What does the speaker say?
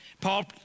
Paul